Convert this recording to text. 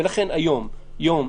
כולכם ראיתם מה קרה ביום שישי.